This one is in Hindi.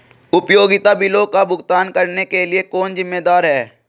उपयोगिता बिलों का भुगतान करने के लिए कौन जिम्मेदार है?